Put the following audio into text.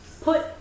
put